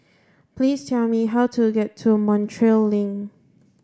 please tell me how to get to Montreal Link